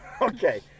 Okay